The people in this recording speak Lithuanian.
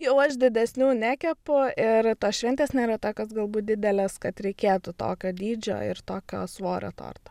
jau aš didesnių nekepu ir tos šventės nėra tokios galbūt didelės kad reikėtų tokio dydžio ir tokio svorio torto